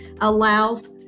allows